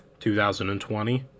2020